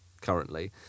currently